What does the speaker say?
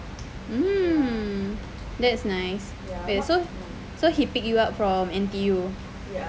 mm that's nice so so he pick you up from N_T_U